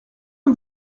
que